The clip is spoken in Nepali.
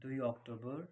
दुई अक्टोबर